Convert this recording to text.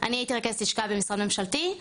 אני הייתי רכזת לשכה במשרד ממשלתי,